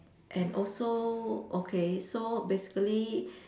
and also okay so basically